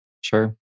Sure